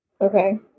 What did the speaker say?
Okay